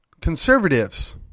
conservatives